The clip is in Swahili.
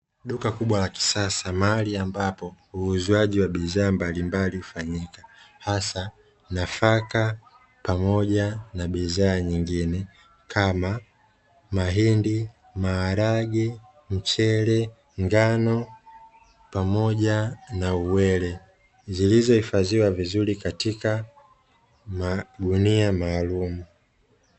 Duka kubwa la kisasa, mahali ambapo uuzwaji wa bidhaa mbalimbali hufanyika hasa nafaka pamoja na bidhaa nyingine kama: mahindi, maharage, mchele, ngano pamoja na uwele zilizohifadhiwa vizuri katika magunia maalumu.